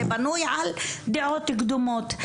זה בנוי על דעות קדומות.